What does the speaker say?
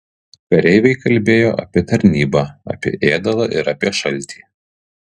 kareiviai kalbėjo apie tarnybą apie ėdalą ir apie šaltį